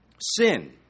sin